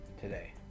today